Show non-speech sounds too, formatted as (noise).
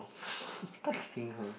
(breath) texting her